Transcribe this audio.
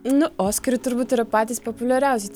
nu oskarai turbūt yra patys populiariausi